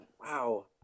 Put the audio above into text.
Wow